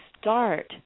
start